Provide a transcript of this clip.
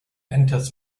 enters